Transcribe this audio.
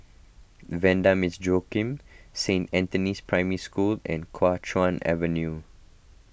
the Vanda Miss Joaquim Saint Anthony's Primary School and Kuo Chuan Avenue